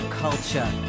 culture